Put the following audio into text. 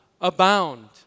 abound